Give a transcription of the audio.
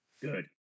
Good